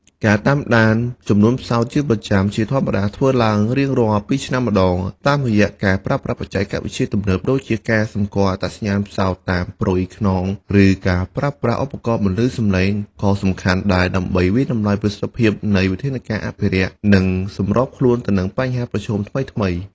ការតាមដានចំនួនផ្សោតជាប្រចាំ ជាធម្មតាធ្វើឡើងរៀងរាល់ពីរឆ្នាំម្តង តាមរយៈការប្រើប្រាស់បច្ចេកវិទ្យាទំនើបដូចជាការសម្គាល់អត្តសញ្ញាណផ្សោតតាមព្រុយខ្នង ឬការប្រើប្រាស់ឧបករណ៍បន្លឺសម្លេង ក៏សំខាន់ដែរដើម្បីវាយតម្លៃប្រសិទ្ធភាពនៃវិធានការអភិរក្ស និងសម្របខ្លួនទៅនឹងបញ្ហាប្រឈមថ្មីៗ។